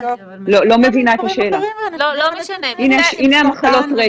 מכלילה את האנשים עם מחלות סרטן,